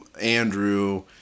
Andrew